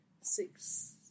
six